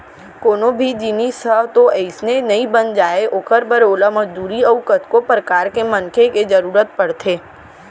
कोनो भी जिनिस ह तो अइसने नइ बन जाय ओखर बर ओला मजदूरी अउ कतको परकार के मनखे के जरुरत परथे